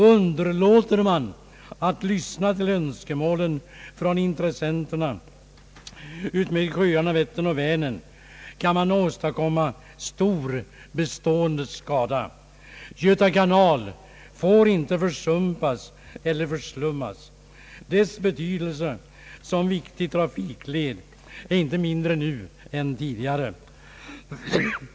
Underlåter man att lyssna till önskemålen från intressenterna utmed Vättern och Vänern, kan man åstadkomma stor bestående skada. Göta kanal får inte försumpas eller förslummas. Dess betydelse som viktig trafikled är inte mindre nu än tidigare.